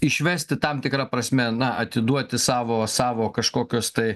išvesti tam tikra prasme na atiduoti savo savo kažkokios tai